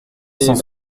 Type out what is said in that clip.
cent